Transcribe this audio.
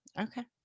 Okay